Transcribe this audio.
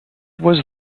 was